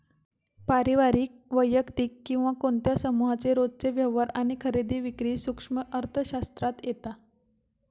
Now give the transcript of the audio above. पारिवारिक, वैयक्तिक किंवा कोणत्या समुहाचे रोजचे व्यवहार आणि खरेदी विक्री सूक्ष्म अर्थशास्त्रात येता